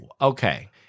Okay